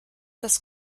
das